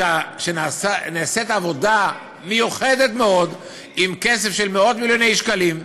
שנעשית עבודה מיוחדת מאוד עם כסף של מאות-מיליוני שקלים.